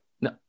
No